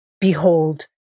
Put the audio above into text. Behold